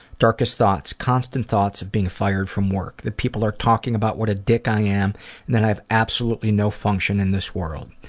darkest thoughts? constant thoughts of being fired from work. the people are talking about what a dick i am and that i have absolutely no function in this world.